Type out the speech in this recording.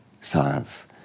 science